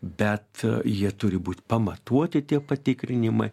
bet jie turi būt pamatuoti tie patikrinimai